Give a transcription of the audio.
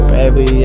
Baby